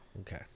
Okay